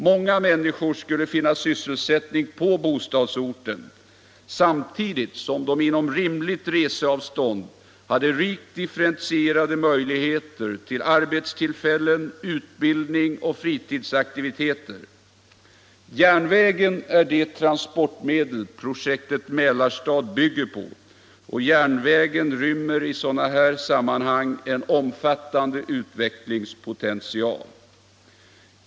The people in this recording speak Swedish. Många människor skulle finna sysselsättning på bostadsorten samtidigt som de inom ett rimligt reseavstånd hade rikt differentierade möjligheter till arbetstillfällen, utbildning och fritidsaktiviteter. Järnvägen är det transportmedel projektet Mälarstad bygger på, och järnvägen rymmer i sådana här sammanhang en omfattande utvecklingspotential.